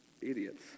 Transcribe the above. idiots